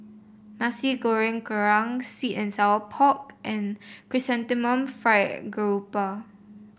Nasi Goreng Kerang sweet and Sour Pork and Chrysanthemum Fried Garoupa